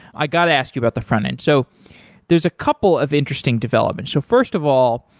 i got to ask you about the frontend. so there's a couple of interesting developments. so first of all,